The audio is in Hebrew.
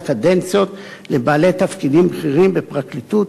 קדנציות לבעלי תפקידים בכירים בפרקליטות